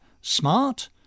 smart